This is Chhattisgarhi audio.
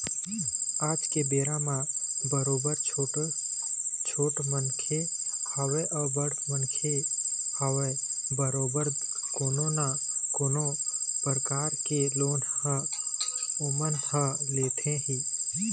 आज के बेरा म बरोबर छोटे मनखे होवय या बड़का मनखे होवय बरोबर कोनो न कोनो परकार के लोन ओमन ह लेथे ही